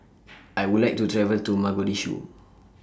I Would like to travel to Mogadishu